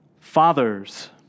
Fathers